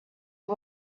who